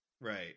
Right